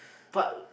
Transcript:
but I would